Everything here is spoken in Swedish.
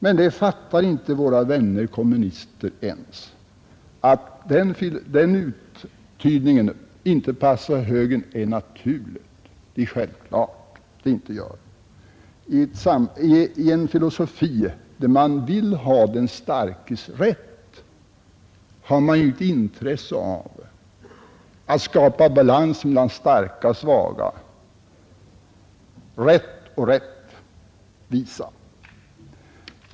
Men det fattar inte ens våra vänner kommunisterna. Att den uttydningen inte passar moderata samlingspartiet är naturligt. I en filosofi där man vill ha den starkes rätt har man inte något intresse av att skapa balans mellan starka och svaga, rätt och rättvisa.